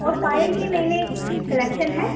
और पायल के नए नए कलेक्शन है